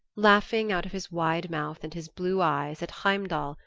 laughing out of his wide mouth and his blue eyes at heimdall,